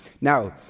Now